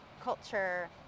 culture